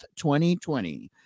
2020